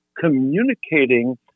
communicating